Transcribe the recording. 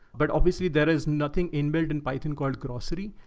but obviously there is nothing in built in python called grocery.